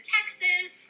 Texas